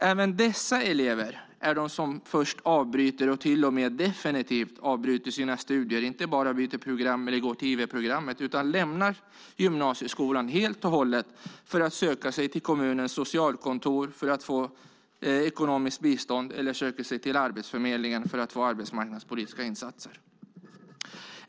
Även dessa elever tillhör dem som först avbryter och till och med definitivt avbryter sina studier och inte bara byter program eller går till IV-programmet. De lämnar gymnasieskolan helt och hållet för att söka sig till kommunens socialkontor för att få ekonomiskt bistånd eller för att söka sig till Arbetsförmedlingen för att få arbetsmarknadspolitiska insatser.